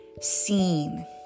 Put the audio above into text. Seen